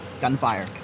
Gunfire